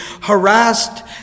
harassed